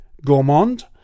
Gourmand